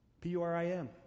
P-U-R-I-M